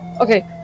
Okay